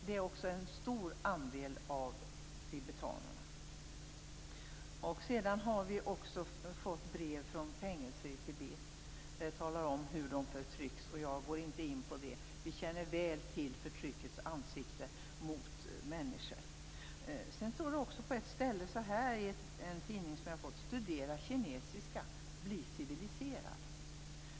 Vi har fått brev från människor i fängelser i Tibet där man talar om förtrycket. Jag går inte in på det, vi känner väl till förtryckets ansikte. Det står på ett ställe i en tidning som jag har fått: Studera kinesiska, bli civiliserad.